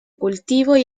cultivos